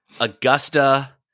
Augusta